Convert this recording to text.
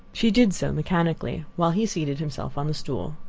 she did so, mechanically, while he seated himself on the stool.